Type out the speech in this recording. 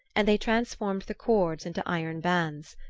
and they transformed the cords into iron bands.